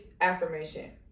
affirmation